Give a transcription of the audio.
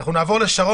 אנחנו נעבור לשרון